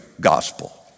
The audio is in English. gospel